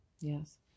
Yes